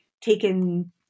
taken